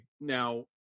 now